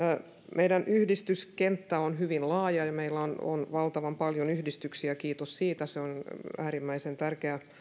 meidän yhdistyskenttä on hyvin laaja ja meillä on on valtavan paljon yhdistyksiä kiitos siitä se on äärimmäisen tärkeä